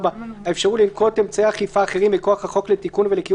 (4) האפשרות לנקוט אמצעי אכיפה אחרים מכוח החוק לתיקון ולקיום